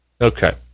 Okay